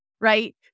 right